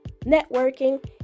networking